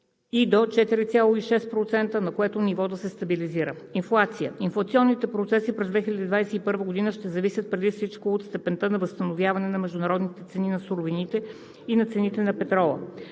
и до 4,6%, на което ниво да се стабилизира. 3. Инфлация Инфлационните процеси през 2021 г. ще зависят преди всичко от степента на възстановяване на международните цени на суровините и на цените на петрола.